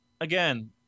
again